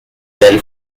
well